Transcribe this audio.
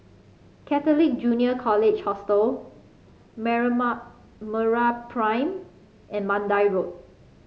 Catholic Junior College Hostel and Mandai Road